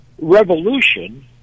revolution